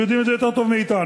הם יודעים את זה יותר טוב מאתנו,